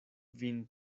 vin